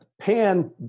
pan